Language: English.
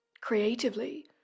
creatively